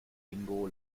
ingo